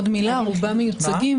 הם מיוצגים